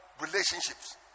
relationships